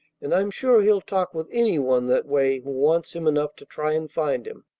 and i'm sure he'll talk with any one that way who wants him enough to try and find him,